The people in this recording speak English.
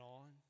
on